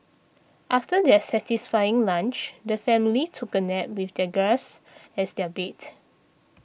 after their satisfying lunch the family took a nap with the grass as their bed